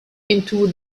into